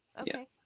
Okay